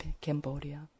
Cambodia